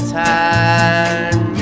time